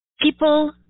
people